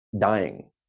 dying